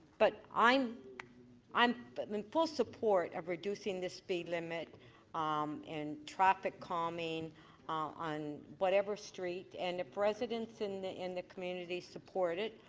but i'm i'm but in in full support of reducing the speed limit um and traffic calming on whatever street. and if residents in the in the community support it,